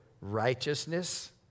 righteousness